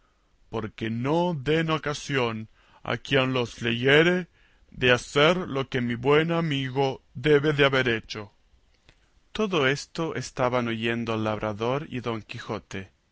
porque no den ocasión a quien los leyere de hacer lo que mi buen amigo debe de haber hecho todo esto estaban oyendo el labrador y don quijote